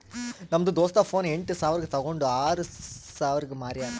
ನಮ್ದು ದೋಸ್ತ ಫೋನ್ ಎಂಟ್ ಸಾವಿರ್ಗ ತೊಂಡು ಈಗ್ ಆರ್ ಸಾವಿರ್ಗ ಮಾರ್ಯಾನ್